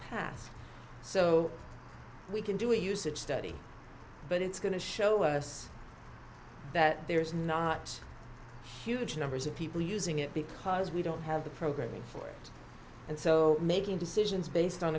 past so we can do a usage study but it's going to show us that there's not a huge numbers of people using it because we don't have the programming for it and so making decisions based on